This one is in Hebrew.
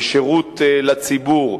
ושירות לציבור,